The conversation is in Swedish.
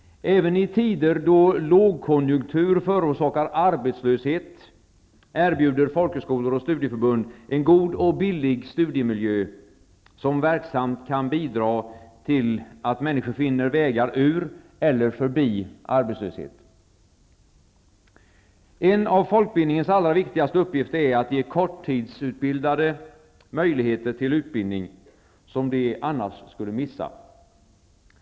Även i tider då lågkonjunktur förorsakar arbetslöshet erbjuder folkhögskolor och studieförbund en god och billig studiemiljö, som verksamt kan bidra till att människor finner vägar ur eller förbi arbetslösheten. En av folkbildningens allra viktigaste uppgifter är att ge korttidsutbildade möjligheter till utbildning som de annars skulle missa.